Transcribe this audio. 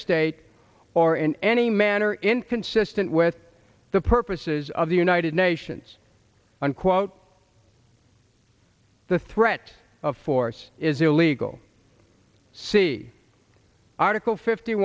state or in any manner inconsistent with the purposes of the united nations unquote the threat of force is illegal see article fifty